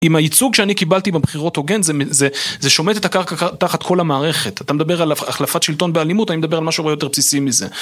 עם הייצוג שאני קיבלתי בבחירות הוגן, זה שומט את הקרקע תחת כל המערכת, אתה מדבר על החלפת שלטון באלימות, אני מדבר על משהו יותר בסיסי מזה